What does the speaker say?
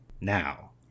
now